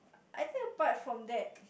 I think apart from that